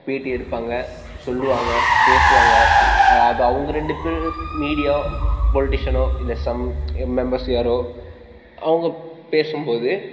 பேட்டி எடுப்பாங்க சொல்வாங்க பேசுவாங்க அது அவங்க ரெண்டு பேர் மீடியா பொலிட்டீஷியனோ இல்லை சம் மெம்பர்ஸ் யாரோ அவங்க பேசும்போது